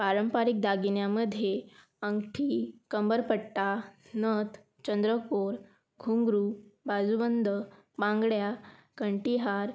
पारंपरिक दागिन्यामध्ये अंगठी कंबरपट्टा नथ चंद्रकोर घुंगरू बाजूबंद बांगड्या कंठिहार